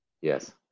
Yes